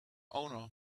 owner